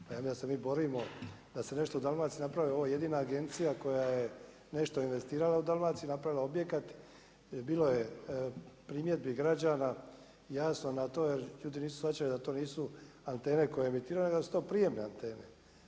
Pa ja ne znam dal se mi borimo, da se nešto u Dalmaciji napravi, ovo je jedina agencija koja je nešto investirala u Dalmaciji, napravila objekat, jer bilo je primjedbi građana jasno na to, jer ljudi nisu shvaćali da to nisu antene koje emitiraju, nego da su to prijemne antene.